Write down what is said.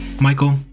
Michael